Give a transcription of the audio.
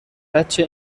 بچه